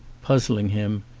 puzzling him,